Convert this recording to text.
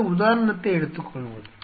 இந்த உதாரணத்தை எடுத்துக்கொள்வோம்